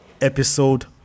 Episode